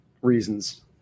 reasons